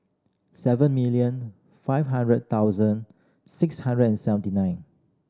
seven million five hundred thousand six hundred and seventy nine